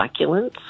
succulents